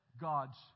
God's